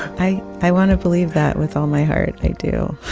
i i want to believe that with all my heart. i do